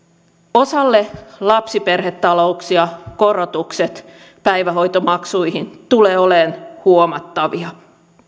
osalle lapsiperhetalouksia korotukset päivähoitomaksuihin tulevat olemaan huomattavia